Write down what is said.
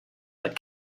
but